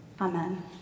Amen